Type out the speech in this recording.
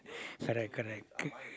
correct correct